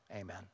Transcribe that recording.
Amen